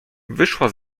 wyszła